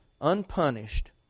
unpunished